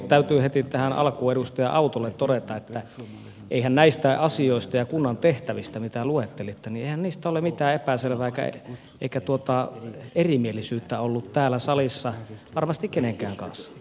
täytyy heti tähän alkuun edustaja autolle todeta että eihän näistä asioista ja kunnan tehtävistä mitä luettelitte ole mitään epäselvää eikä erimielisyyttä ollut täällä salissa varmasti kenenkään kanssa